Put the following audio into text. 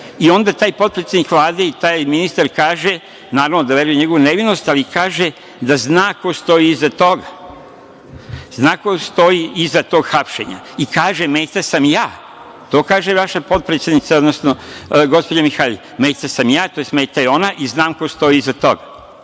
i onda taj potpredsednik Vlade i taj ministar kaže, naravno da veruje u njegovu nevinost, ali kaže da zna ko stoji iza toga. Zna ko stoji iza tog hapšenja i kaže: „Meta sam ja“. To kaže vaša potpredsednica, odnosno gospođa Mihajlović. „Meta sam ja“, tj. meta je ona i „znam ko stoji iza toga“.